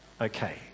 Okay